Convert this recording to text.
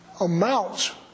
amounts